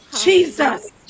Jesus